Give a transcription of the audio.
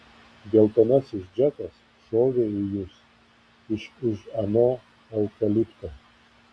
geltonasis džekas šovė į jus iš už ano eukalipto